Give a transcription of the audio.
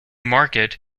market